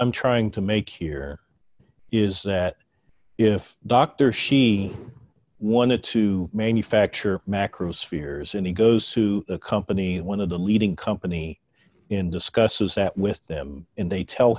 i'm trying to make here is that if doctor she wanted to manufacture macro spheres and he goes to a company one of the leading company in discusses that with them and they tell